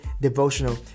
devotional